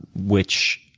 which